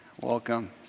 Welcome